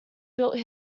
built